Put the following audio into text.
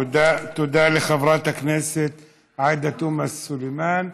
תודה לחברת הכנסת עאידה תומא סלימאן.